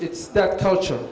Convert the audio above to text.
it's that culture